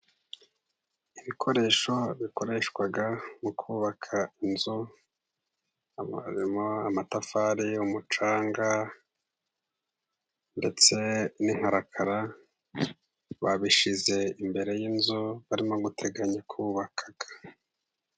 Ibikoresho bikoreshwa mu kubaka inzu, harimo amatafari y'umucanga ndetse n'inkarakara babishyize imbere y'inzu, barimo guteganya kubaka.